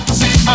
see